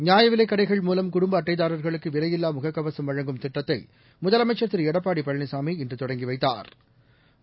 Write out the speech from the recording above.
நியாயவிலைக் கடைகள் மூலம் குடும்பஅட்டைதாரர்களுக்குவிலையில்லாமுகக்கவசம் வழங்கும் திட்டத்தைமுதலமைச்சா் திருளடப்பாடிபழனிசாமிஇன்றுதொடங்கிவைத்தாா்